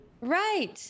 Right